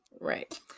Right